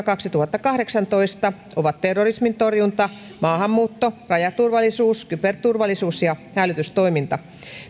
kaksituhattakahdeksantoista ovat terrorismin torjunta maahanmuutto rajaturvallisuus kyberturvallisuus ja hälytystoiminta